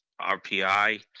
RPI